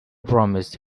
promised